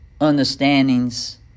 understandings